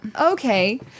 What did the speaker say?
Okay